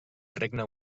regne